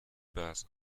börse